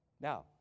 Now